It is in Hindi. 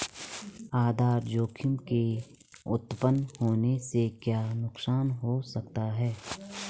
आधार जोखिम के उत्तपन होने से क्या नुकसान हो सकता है?